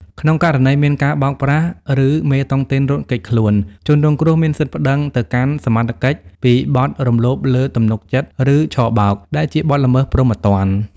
ក្នុងករណីមានការបោកប្រាស់ ឬមេតុងទីនរត់គេចខ្លួន ជនរងគ្រោះមានសិទ្ធិប្ដឹងទៅកាន់សមត្ថកិច្ចពីបទ "រំលោភលើទំនុកចិត្ត" ឬ "ឆបោក" ដែលជាបទល្មើសព្រហ្មទណ្ឌ។